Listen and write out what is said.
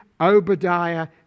Obadiah